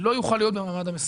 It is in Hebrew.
לא יוכל להיות במעמד המסירה,